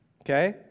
Okay